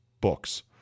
books